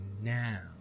now